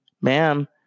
ma'am